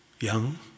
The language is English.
Young